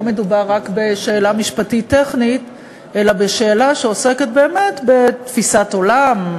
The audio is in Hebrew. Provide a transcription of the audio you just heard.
לא מדובר רק בשאלה משפטית טכנית אלא בשאלה שעוסקת באמת בתפיסת עולם,